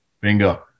Bingo